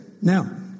Now